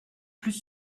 plus